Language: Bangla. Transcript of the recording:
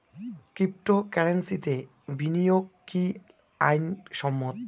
ক্রিপ্টোকারেন্সিতে বিনিয়োগ কি আইন সম্মত?